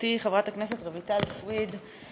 חברתי חברת הכנסת רויטל סויד,